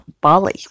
Bali